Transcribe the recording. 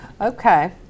okay